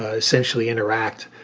ah essentially interact,